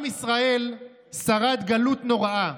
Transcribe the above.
עם ישראל שרד גלות נוראה,